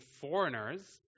foreigners